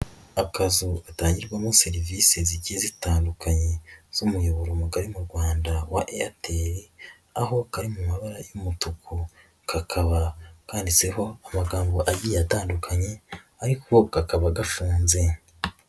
Akazu gatangirwamo serivise zigiye zitandukanye z'umuyoboro mugari mu Rwanda wa Airtel aho kari mu mabara y'umutuku kakaba kanditseho amagambo agiye atandukanye ariko kakaba gafunze.